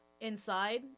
inside